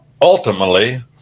ultimately